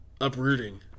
uprooting